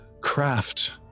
craft